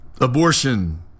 abortion